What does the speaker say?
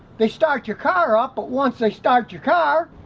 they start your car up but once they start your car,